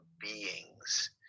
beings